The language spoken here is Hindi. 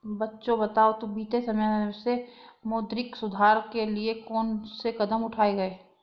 बच्चों बताओ बीते समय में मौद्रिक सुधार के लिए कौन से कदम उठाऐ गए है?